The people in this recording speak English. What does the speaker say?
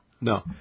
No